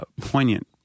poignant